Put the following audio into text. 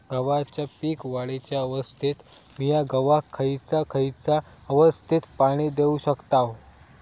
गव्हाच्या पीक वाढीच्या अवस्थेत मिया गव्हाक खैयचा खैयचा अवस्थेत पाणी देउक शकताव?